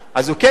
הוא כן מקבל.